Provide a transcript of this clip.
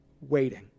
Waiting